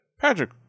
patrick